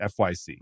fyc